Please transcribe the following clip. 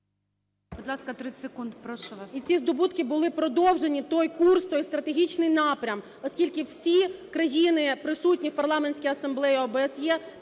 і ці здобутки були продовжені, той курс, той стратегічний напрям, оскільки всі країни, присутні в Парламентській асамблеї ОБСЄ,